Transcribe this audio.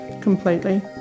completely